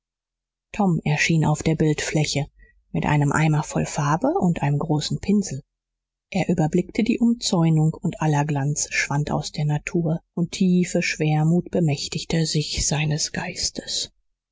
tom erschien auf der bildfläche mit einem eimer voll farbe und einem großen pinsel er überblickte die umzäunung und aller glanz schwand aus der natur und tiefe schwermut bemächtigte sich seines geistes